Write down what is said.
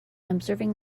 observing